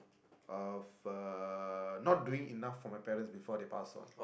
of a not doing enough for my parents before they pass on